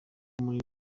muri